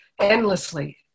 endlessly